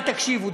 אל תקשיבו,